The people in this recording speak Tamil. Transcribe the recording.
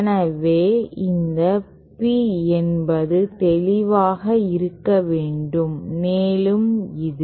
எனவே இந்த p என்பது தெளிவாக இருக்க வேண்டும் மேலும் இது